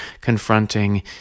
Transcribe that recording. confronting